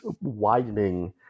widening